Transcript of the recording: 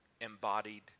embodied